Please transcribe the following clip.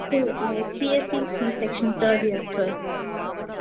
sir நாங்கள் BSc C section third year sir